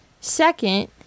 Second